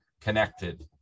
connected